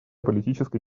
политической